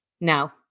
No